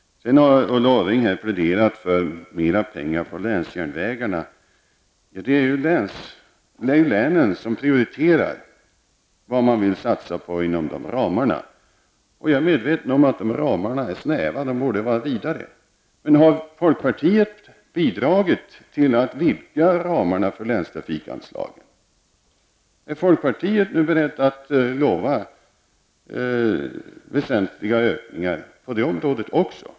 Sedan har Ulla Orring pläderat för mera pengar till länsjärnvägarna. Det är länen som prioriterar vad de vill satsa på inom ramarna. Jag är medveten om att ramarna är snäva och att de borde vara vidare, men har folkpartiet bidragit till att vidga ramarna för länstrafikanslagen? Är folkpartiet berett att lova väsentliga ökningar på de områdena också?